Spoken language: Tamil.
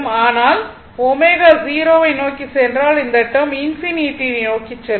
ஆனால் ω 0 வை நோக்கி சென்றால் இந்த டேர்ம் இன்பினிட்டியை நோக்கி செல்லும்